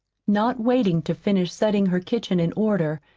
not waiting to finish setting her kitchen in order,